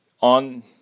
on